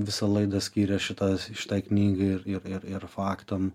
visą laidą skyrė šitą šitai knygai ir ir ir faktam